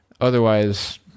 otherwise